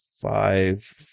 five